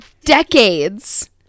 decades